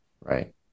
Right